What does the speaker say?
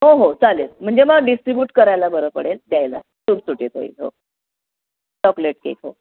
हो हो चालेल म्हणजे मग डिस्ट्र्रीब्यूट करायला बरं पडेल द्यायला सुटसुटीत होईल हो चॉकलेट केक हो